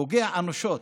פוגע אנושות,